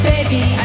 Baby